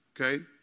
Okay